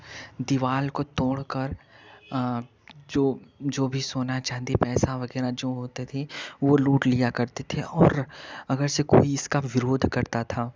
दीवार को तोड़कर जो जो भी सोना चाँदी पैसा वगैरह जो होते थे वह लूट लिया करते थे और अगर से कोई इसका विरोध करता था